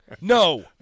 no